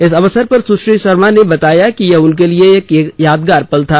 इस अवसर पर सुश्री शर्मा ने बताया कि यह उनके लिए एक यादगार पल था